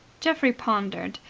geoffrey pondered.